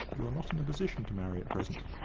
you're not in a position to marry at present.